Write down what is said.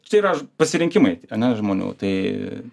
čia yra pasirinkimai ane žmonių tai